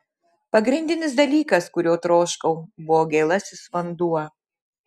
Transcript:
pagrindinis dalykas kurio troškau buvo gėlasis vanduo